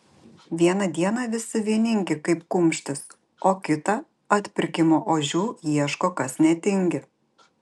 vieną dieną visi vieningi kaip kumštis o kitą atpirkimo ožių ieško kas netingi